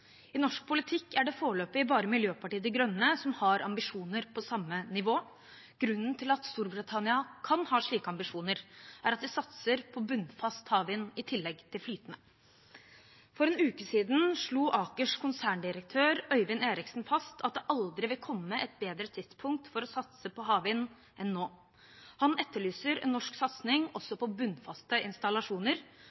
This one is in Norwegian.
I norsk politikk er det foreløpig bare Miljøpartiet De Grønne som har ambisjoner på samme nivå. Grunnen til at Storbritannia kan ha slike ambisjoner, er at de satser på bunnfast havvind i tillegg til flytende. For en uke siden slo Akers konserndirektør Øyvind Eriksen fast at det aldri vil komme et bedre tidspunkt for å satse på havvind enn nå. Han etterlyser en norsk satsing